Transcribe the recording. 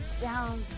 Down